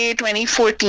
2014